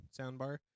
soundbar